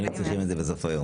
היינו צריכים את זה בסוף היום.